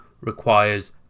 requires